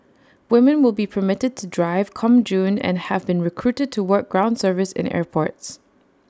women will be permitted to drive come June and have been recruited to work ground service in the airports